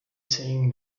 saying